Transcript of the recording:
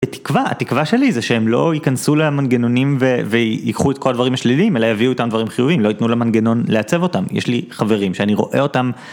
התקווה, התקווה שלי זה שהם לא ייכנסו למנגנונים ויקחו את כל הדברים השליליים, אלא יביאו איתם דברים חיוביים, לא ייתנו למנגנון לעצב אותם, יש לי חברים שאני רואה אותם.